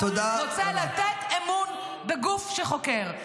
רוצה לתת אמון בגוף שחוקר,